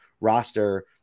roster